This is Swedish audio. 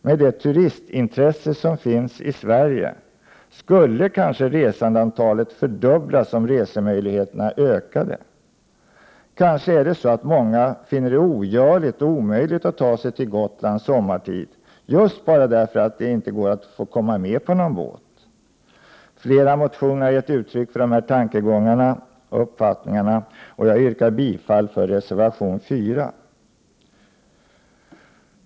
Med det turistintresse som finns i Sverige skulle kanske resandeantalet fördubblas om resemöjligheterna ökades. Kanske är det så att många finner det ogörligt att ta sig till Gotland sommartid just därför att det inte går att komma med på någon båt? Flera motioner har givit uttryck för den uppfattningen, och jag yrkar bifall till reservation 4.